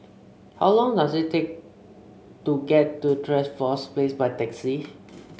how long does it take to get to Trevose Place by taxi